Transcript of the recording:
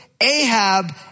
Ahab